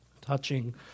touching